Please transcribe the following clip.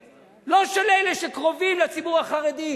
לא של מנחם בגין, לא של אלה שקרובים לציבור החרדי.